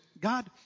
God